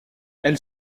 elle